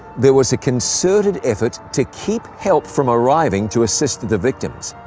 there was a concerted effort to keep help from arriving to assist the victims.